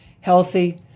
healthy